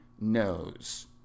knows